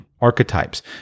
archetypes